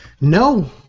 No